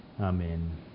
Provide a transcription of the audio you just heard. Amen